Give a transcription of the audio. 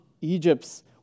Egypt's